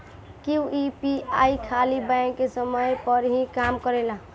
क्या यू.पी.आई खाली बैंक के समय पर ही काम करेला?